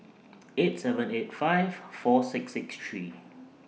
eight seven eight five four six six three